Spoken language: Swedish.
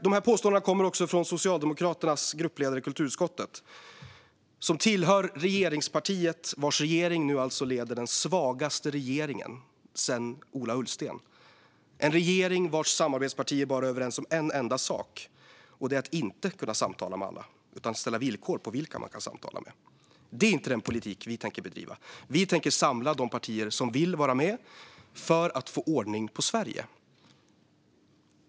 De här påståendena kommer också från Socialdemokraternas gruppledare i kulturutskottet, som tillhör det parti vars regering nu alltså utgör den svagaste regeringen sedan Ola Ullstens. Det är en regering vars samarbetspartier bara är överens om en enda sak: att inte kunna samtala med alla, utan ställa villkor för vilka man kan samtala med. Det är inte den politik vi tänker bedriva. Vi tänker samla de partier som vill vara med för att få ordning på Sverige.